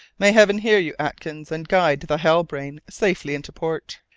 may heaven hear you, atkins, and guide the halbrane safely into port.